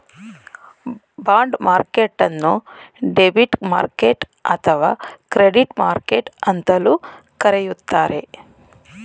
bond ಮಾರ್ಕೆಟ್ಟನ್ನು debit market ಅಥವಾ credit market ಅಂತಲೂ ಕರೆಯುತ್ತಾರೆ